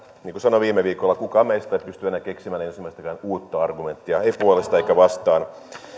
niin kuin sanoin viime viikolla kukaan meistä ei pysty enää keksimään ensimmäistäkään uutta argumenttia ei puolesta eikä vastaan